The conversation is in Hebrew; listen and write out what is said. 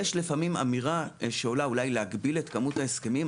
יש לפעמים אמירה להגביל את כמות ההסכמים.